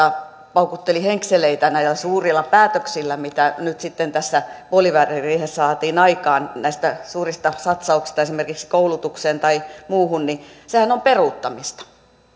paukutteli henkseleitä näillä suurilla päätöksillä mitä nyt sitten tässä puoliväliriihessä saatiin aikaan näistä suurista satsauksista esimerkiksi koulutukseen tai muuhun sehän on peruuttamista